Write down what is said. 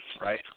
right